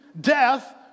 death